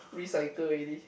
recycle already